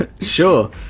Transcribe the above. Sure